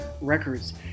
Records